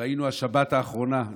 ראינו שבשבת האחרונה,